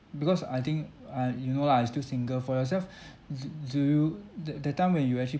because I think uh you know lah I still single for yourself d~ do you the that time when you actually